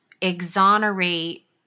exonerate